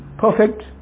perfect